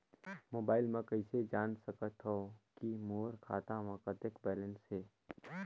Mobile म कइसे जान सकथव कि मोर खाता म कतेक बैलेंस से?